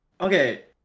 Okay